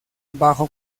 bajo